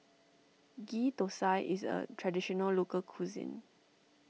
Ghee Thosai is a Traditional Local Cuisine